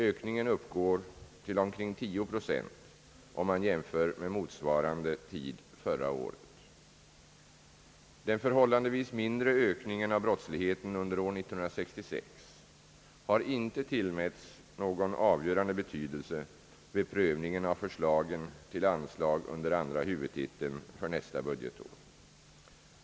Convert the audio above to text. Ökningen uppgår till omkring tio procent om man jämför med motsvarande tid förra året. Den förhållandevis mindre ökningen av brottsligheten under år 1966 har inte tillmätts någon avgörande betydelse vid prövningen av förslagen till anslag under andra huvudtiteln för nästa budgetår.